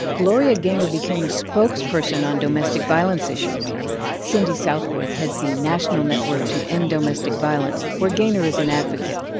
gloria gaynor became a spokesperson on domestic violence issues cindy southworth heads the national network to end domestic violence, where gaynor is an advocate.